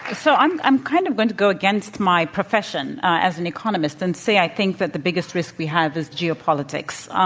so, i'm i'm kind of going to go against my profession as an economist and say i think that the biggest risk we have is geopolitics. um